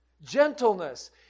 Gentleness